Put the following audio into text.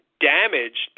damaged